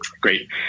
Great